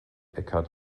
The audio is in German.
eckhart